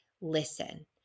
Listen